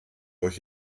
euch